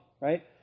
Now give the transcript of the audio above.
Right